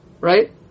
right